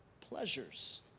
pleasures